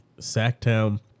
Sacktown